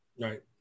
Right